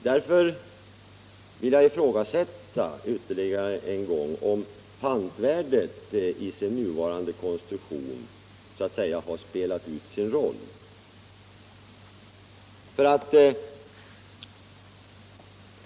Jag vill därför ytterligare en gång ifrågasätta om pantvärdet i sin nuvarande konstruktion har spelat ut sin roll.